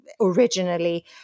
originally